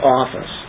office